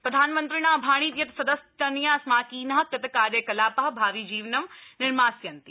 प्रधानमन्त्रिणा अभाणीत् यत् सद्यस्तनीया आस्माकीना कृतकार्यकला ा भाविजीवनं निर्मास्यन्ति